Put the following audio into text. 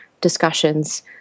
discussions